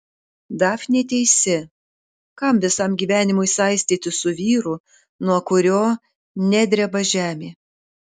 dafnė teisi kam visam gyvenimui saistytis su vyru nuo kurio nedreba žemė